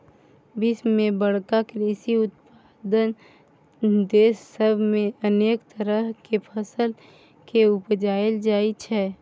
विश्व के बड़का कृषि उत्पादक देस सब मे अनेक तरह केर फसल केँ उपजाएल जाइ छै